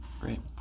Great